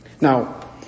Now